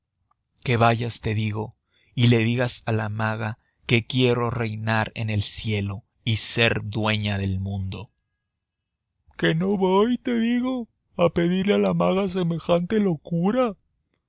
que vayas te digo y le digas a la maga que quiero reinar en el cielo y ser dueña del mundo que no voy te digo a pedirle a la maga semejante locura